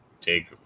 take